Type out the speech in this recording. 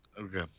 Okay